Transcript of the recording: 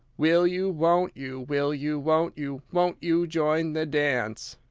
will you, won't you, will you, won't you, won't you join the dance?